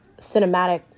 cinematic